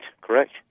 Correct